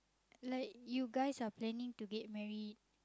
like you guys are planning to get married